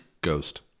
Ghost